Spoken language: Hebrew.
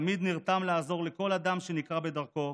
תמיד נרתם לעזור לכל אדם שנקרה בדרכו.